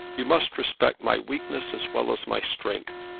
you must respect my weakness as well as my strength.